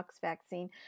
vaccine